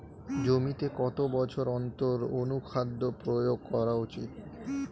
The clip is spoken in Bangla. জমিতে কত বছর অন্তর অনুখাদ্য প্রয়োগ করা উচিৎ?